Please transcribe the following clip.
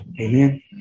Amen